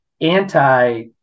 anti